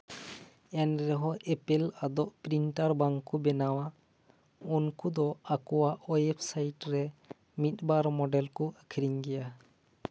ᱮᱱ ᱨᱮᱦᱚᱸ ᱮᱯᱮᱞ ᱟᱫᱚ ᱯᱨᱤᱱᱴᱟᱨ ᱵᱟᱝ ᱠᱚ ᱵᱮᱱᱟᱣᱟ ᱩᱱᱠᱩ ᱫᱚ ᱟᱠᱚᱣᱟᱜ ᱳᱭᱮᱵ ᱥᱟᱭᱤᱴ ᱨᱮ ᱢᱤᱫᱵᱟᱨ ᱢᱚᱰᱮᱞ ᱠᱚ ᱟᱠᱷᱨᱤᱧ ᱜᱮᱭᱟ